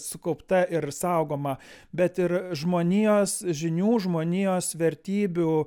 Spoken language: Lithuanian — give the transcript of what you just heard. sukaupta ir saugoma bet ir žmonijos žinių žmonijos vertybių